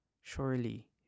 Surely